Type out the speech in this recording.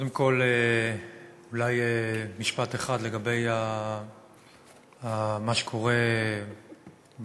קודם כול אולי משפט אחד לגבי מה שקורה בדרום.